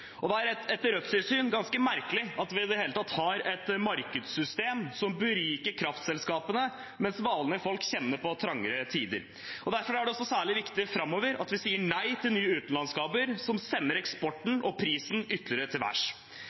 ganske merkelig at vi i det hele tatt har et markedssystem som beriker kraftselskapene, mens vanlige folk kjenner på trangere tider. Derfor er det også særlig viktig framover at vi sier nei til nye utenlandskabler, som sender eksporten og prisen ytterligere til